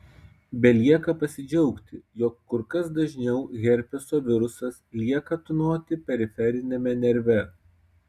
belieka pasidžiaugti jog kur kas dažniau herpeso virusas lieka tūnoti periferiniame nerve